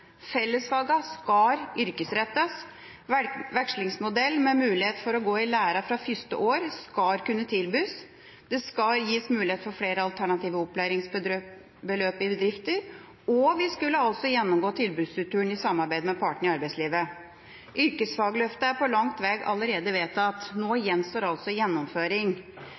skal yrkesrettes. Vekslingsmodell med mulighet for å gå i lære fra første år skal kunne tilbys. Det skal gis mulighet for flere alternative opplæringsløp i bedrifter, og vi skal altså gjennomgå tilbudsstrukturen i samarbeid med partene i arbeidslivet. Yrkesfagløftet er langt på vei allerede vedtatt. Nå gjenstår altså gjennomføring.